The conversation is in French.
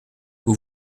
vous